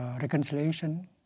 reconciliation